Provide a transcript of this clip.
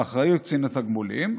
באחריות קצין התגמולים,